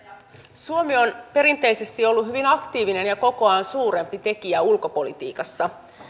suomi on perinteisesti ollut hyvin aktiivinen ja kokoaan suurempi tekijä ulkopolitiikassa